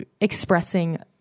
expressing